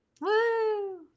Woo